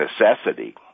necessity